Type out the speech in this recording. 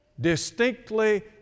distinctly